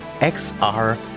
XR